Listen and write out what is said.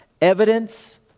evidence